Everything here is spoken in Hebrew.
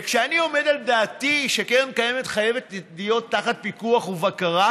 כשאני עומד על דעתי שהקרן הקיימת חייבת להיות תחת פיקוח ובקרה,